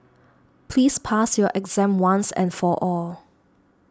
please pass your exam once and for all